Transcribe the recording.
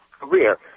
career